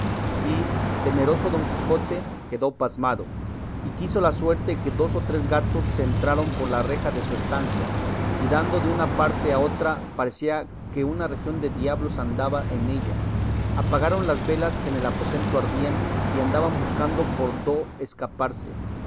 y temeroso don quijote quedó pasmado y quiso la suerte que dos o tres gatos se entraron por la reja de su estancia y dando de una parte a otra parecía que una región de diablos andaba en ella apagaron las velas que en el aposento ardían y andaban buscando por do escaparse